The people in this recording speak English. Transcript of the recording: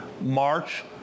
March